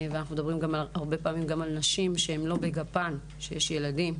והרבה פעמים אנחנו מדברים גם על נשים שהן לא בגפם כלומר יש ילדים,